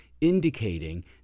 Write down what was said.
indicating